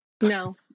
no